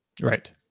Right